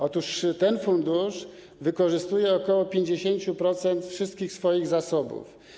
Otóż ten fundusz wykorzystuje ok. 50% wszystkich swoich zasobów.